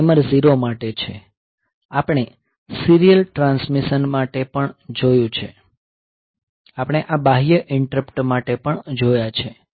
તે ટાઈમર 0 માટે છે આપણે સીરીયલ ટ્રાન્સમિશન માટે પણ જોયું છે આપણે આ બાહ્ય ઈન્ટરપ્ટ માટે પણ જોયા છે